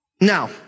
Now